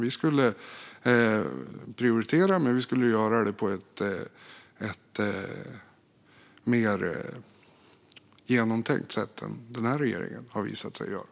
Vi skulle prioritera, men vi skulle göra det på ett mer genomtänkt sätt än den här regeringen har visat sig göra.